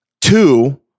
Two